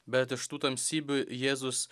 bet iš tų tamsybių jėzus